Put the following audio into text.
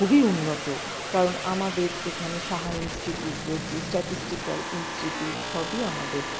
খুবই উন্নত কারণ আমাদের এখানে সাহা ইনস্টিটিউট রয়েছে স্ট্যাটিসটিকাল ইনস্টিটিউট সবই আমাদের